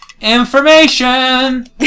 Information